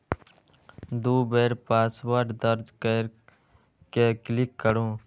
दू बेर पासवर्ड दर्ज कैर के क्लिक करू